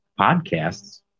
podcasts